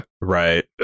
Right